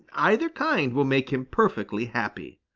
either kind, will make him perfectly happy.